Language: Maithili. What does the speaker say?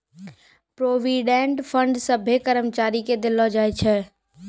प्रोविडेंट फंड सभ्भे कर्मचारी के देलो जाय छै